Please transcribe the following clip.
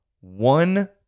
One